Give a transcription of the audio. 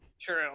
True